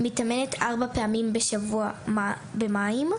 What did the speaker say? מתאמנת ארבע פעמים בשבוע במים,